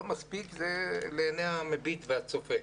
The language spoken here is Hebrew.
לא מספיק זה בעיניי המביט והצופה.